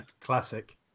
Classic